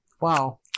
wow